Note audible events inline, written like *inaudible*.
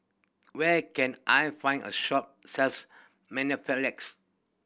where can I find a shop sells *unintelligible*